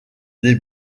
des